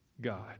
God